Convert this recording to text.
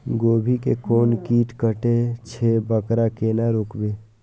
गोभी के कोन कीट कटे छे वकरा केना रोकबे?